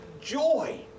joy